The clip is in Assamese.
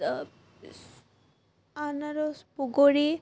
আনাৰস বগৰী